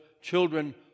children